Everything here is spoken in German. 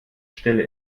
stelle